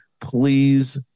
please